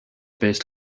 based